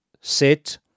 sit